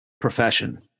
profession